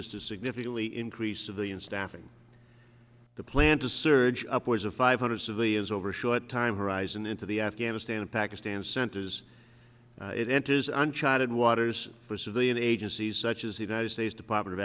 is to significantly increase of the in staffing the plan to surge upwards of five hundred civilians over a short time horizon into the afghanistan and pakistan centers it enters uncharted waters for civilian agencies such as the united states department of